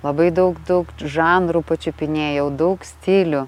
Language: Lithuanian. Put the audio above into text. labai daug daug žanrų pačiupinėjau daug stilių